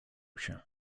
się